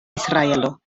israelo